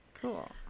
Cool